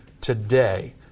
today